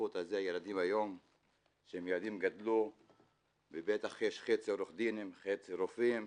בזכות זה היום הילדים גדלו ובטח יש חצי עורכי דין וחצי רופאים,